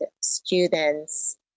students